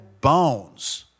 bones